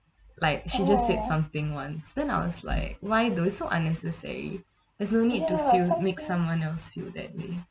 like she just said something once then I was like why those unnecessary there's no need to feel make someone else feel that way